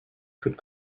could